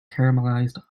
caramelized